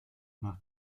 nach